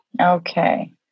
Okay